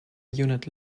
unit